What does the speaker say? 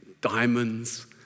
Diamonds